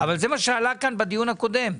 אבל זה מה שעלה כאן בדיון הקודם.